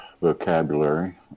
vocabulary